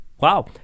Wow